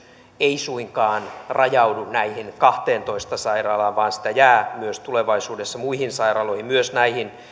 ei suinkaan rajaudu näihin kahteentoista sairaalaan vaan sitä jää myös tulevaisuudessa muihin sairaaloihin myös näihin